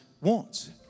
wants